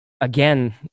again